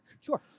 Sure